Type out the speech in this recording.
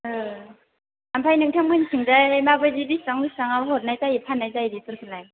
ओमफ्राय नोंथांमोननिथिंजाय माबायदि बेसेबां बेसेबाङाव हरनाय जायो फान्नाय जायो बेफोरखौलाय